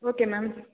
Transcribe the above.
okay ma'am